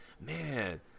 man